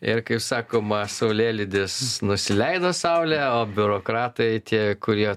ir kaip sakoma saulėlydis nusileido saulė o biurokratai tie kurie